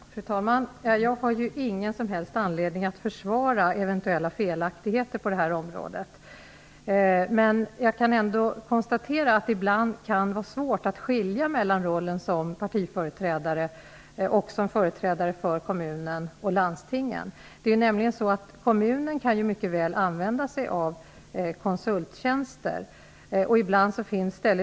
Fru talman! Jag har ju ingen som helst anledning att försvara eventuella felaktigheter på detta område. Jag konstaterar ändå att det ibland kan vara svårt att skilja mellan rollen som partiföreträdare och som företrädare för kommun eller landsting. Kommunen kan mycket väl använda sig av konsulttjänster.